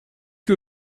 que